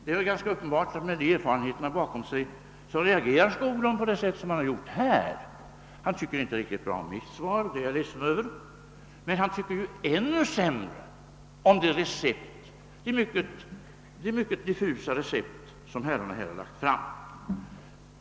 Det är ganska uppenbart att herr Skoglund, med de erfarenheter han har bakom sig, reagerar på det sätt som han här gör. Han tycker inte riktigt bra om mitt svar — och det är jag ledsen över — men han tycker ännu sämre om de mycket diffusa recept som herrarna har lagt fram.